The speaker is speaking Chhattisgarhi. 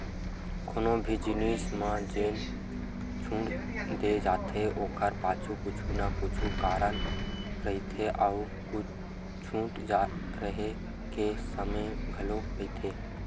कोनो भी जिनिस म जेन छूट दे जाथे ओखर पाछू कुछु न कुछु कारन रहिथे अउ छूट रेहे के समे घलो रहिथे